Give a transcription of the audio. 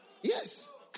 Yes